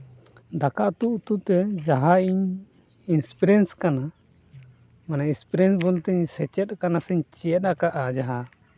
ᱫᱟᱠᱟ ᱩᱛᱩ ᱩᱛᱩ ᱛᱮ ᱡᱟᱦᱟᱸ ᱤᱧ ᱤᱱᱥᱯᱨᱤᱭᱮᱱᱥ ᱠᱟᱱᱟ ᱢᱟᱱᱮ ᱤᱱᱥᱯᱨᱤᱭᱮᱱᱥ ᱵᱚᱞᱛᱮ ᱥᱮᱪᱮᱫ ᱠᱟᱱᱟ ᱥᱮ ᱪᱮᱫ ᱠᱟᱜᱼᱟ ᱡᱟᱦᱟᱸ